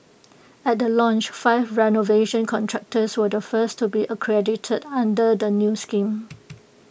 at the launch five renovation contractors were the first to be accredited under the new scheme